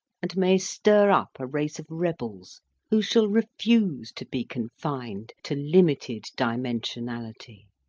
and may stir up a race of rebels who shall refuse to be confined to limited dimensionality.